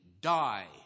die